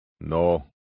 No